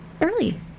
early